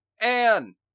Anne